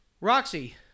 Roxy